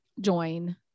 join